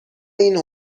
این